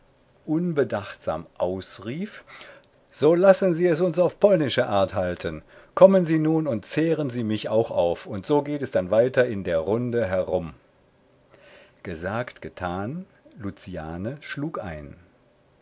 unbedachtsam ausrief so lassen sie es uns auf polnische art halten kommen sie nun und zehren mich auch auf und so geht es dann weiter in der runde herum gesagt getan luciane schlug ein